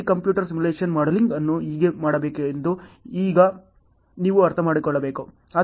ಈ computer simulation modelling ಅನ್ನು ಹೇಗೆ ಮಾಡಬೇಕೆಂದು ಈಗ ನೀವು ಅರ್ಥಮಾಡಿಕೊಳ್ಳಬೇಕು